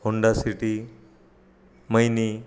Honda City मैनी